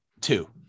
two